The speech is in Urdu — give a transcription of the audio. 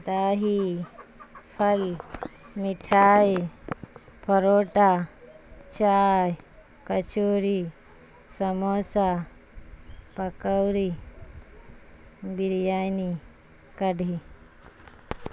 دہی پھل مٹھائی پروٹھا چائے کچوری سموسہ پکوڑی بریانی کڑھی